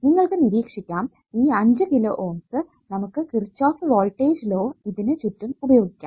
നിങ്ങൾക്ക് നിരീക്ഷികാം ഈ 5 കിലോ Ωs നമുക്ക് കിർച്ചോഫ് വോൾടേജ് ലോ ഇതിനു ചുറ്റും ഉപയോഗിക്കാം